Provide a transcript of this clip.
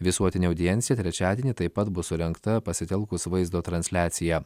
visuotinę audienciją trečiadienį taip pat bus surengta pasitelkus vaizdo transliaciją